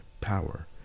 power